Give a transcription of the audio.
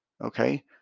Okay